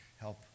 Help